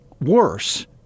worse